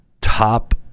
top